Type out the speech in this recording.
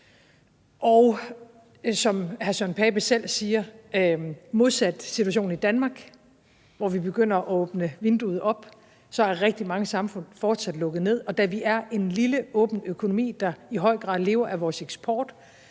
Poulsen selv siger – modsat situationen i Danmark, hvor vi begynder at åbne vinduet op – er rigtig mange samfund fortsat lukket ned, og da vi er en lille åben økonomi, der i høj grad lever af vores eksport,